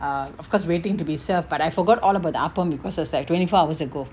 err of course waiting to be served but I forgot all about the appam because there's like twenty four hours ago